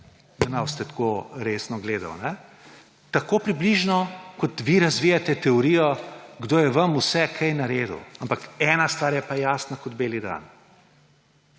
da ne boste tako resno gledali. Tako približno, kot vi razvijate teorijo, kdo vse je vam kaj naredil. Ampak ena stvar je pa jasna kot beli dan.